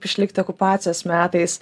išlikt okupacijos metais